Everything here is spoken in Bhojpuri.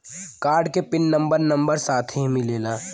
कार्ड के पिन नंबर नंबर साथही मिला?